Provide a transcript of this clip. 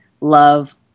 love